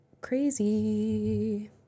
Crazy